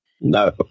No